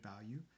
value